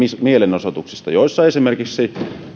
mielenosoituksista joissa esimerkiksi